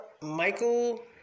Michael